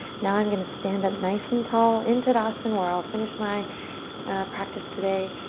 now i'm going to stand up nice and tall into tadasan, where i'll finish my practice today,